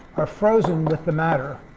ah frozen with the matter,